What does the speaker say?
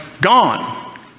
gone